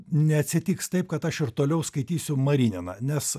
neatsitiks taip kad aš ir toliau skaitysiu marininą nes